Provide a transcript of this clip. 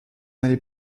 allait